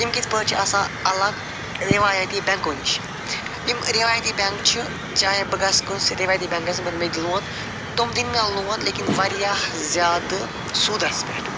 یِم کِتھٕ پٲٹھۍ چھِ آسان الگ رِوایتی بینٛکو نِش یِم رِوایتی بینٛک چھِ چاہیے بہٕ گژھٕ کٲنٛسہِ رِوایتی بینٛکس نِش مےٚ دِ لون تِم دِنۍ مےٚ لون لیکِن وارِیاہ زیادٕ سوٗدس پٮ۪ٹھ